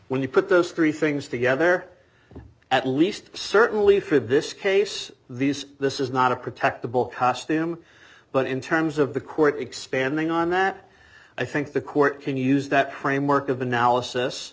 when you put those three things together at least certainly for this case these this is not a protect the ball costume but in terms of the court expanding on that i think the court can use that framework of analysis